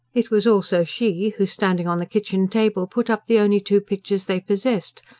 it was also she who, standing on the kitchen-table, put up the only two pictures they possessed,